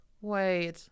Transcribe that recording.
Wait